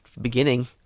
beginning